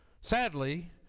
Sadly